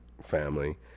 family